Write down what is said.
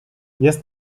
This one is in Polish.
jest